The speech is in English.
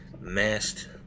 masked